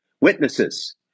witnesses